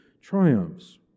triumphs